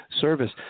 service